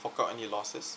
fork out any losses